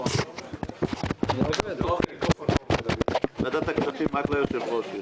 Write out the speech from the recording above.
הבריאות בחצי אחוז.